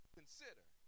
consider